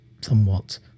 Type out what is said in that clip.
somewhat